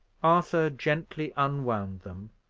arthur gently unwound them,